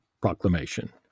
proclamation